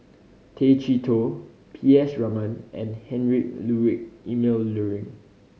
Tay Chee Toh P S Raman and Heinrich Ludwig Emil Luering